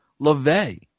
LaVey